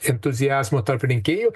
entuziazmo tarp rinkėjų